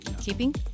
keeping